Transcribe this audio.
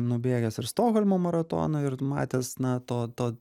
nubėgęs ir stokholmo maratoną ir matęs na to to